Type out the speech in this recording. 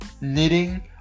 knitting